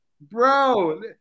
bro